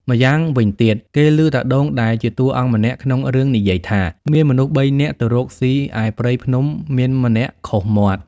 ម្យ៉ាងវិញទៀតគេឮតាដូងដែលជាតួអង្គម្នាក់ក្នុងរឿងនិយាយថា មានមនុស្សបីនាក់់ទៅរកស៊ីឯព្រៃភ្នំ មានម្នាក់ខុសមាត់